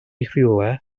rhywle